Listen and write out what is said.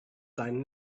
seinen